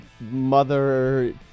mother